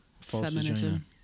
Feminism